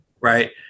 right